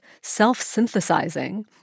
self-synthesizing